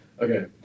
okay